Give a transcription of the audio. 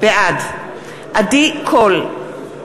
בעד עדי קול,